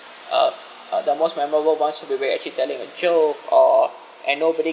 uh uh the most memorable were ones to be very actually telling a joke or and nobody